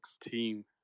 team